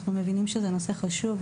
אנחנו מבינים שזה נושא חשוב,